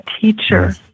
teacher